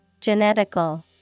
Genetical